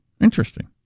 Interesting